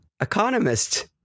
Economist